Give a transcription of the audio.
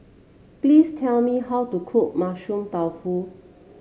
please tell me how to cook Mushroom Tofu